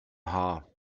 haar